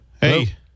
Hey